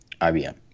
IBM